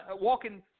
walking